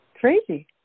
crazy